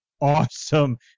awesome